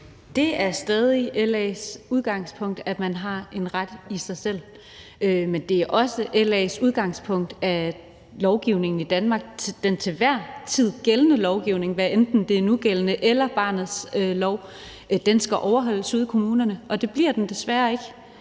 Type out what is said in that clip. Det er stadig LA's udgangspunkt, at man har en ret i sig selv. Men det er også LA's udgangspunkt, at den til enhver tid gældende lovgivning i Danmark, hvad enten det er den nugældende lovgivning eller barnets lov, skal overholdes ude i kommunerne, og det bliver den desværre ikke.